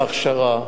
בהכשרה.